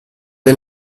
the